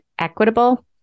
equitable